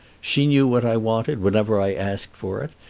she knew what i wanted whenever i asked for it,